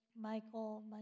Michael